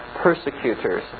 persecutors